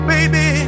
Baby